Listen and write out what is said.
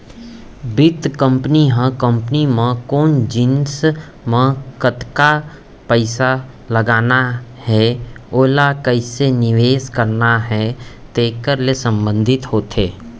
बित्त कंपनी ह कंपनी म कोन जिनिस म कतका पइसा लगाना हे ओला कइसे निवेस करना हे तेकर ले संबंधित होथे